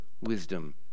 wisdom